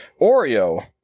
Oreo